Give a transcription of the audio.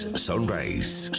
Sunrise